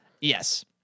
Yes